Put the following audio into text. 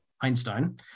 Einstein